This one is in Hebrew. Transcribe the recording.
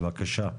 בבקשה.